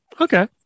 Okay